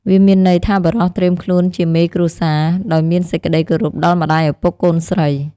វាមានន័យថាបុរសត្រៀមខ្លួនជាមេគ្រួសារ ដោយមានសេចក្ដីគោរពដល់ម្ដាយឪពុកកូនស្រី។